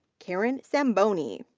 karen zambonin.